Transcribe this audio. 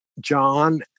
John